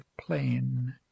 plain